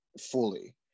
fully